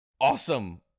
awesome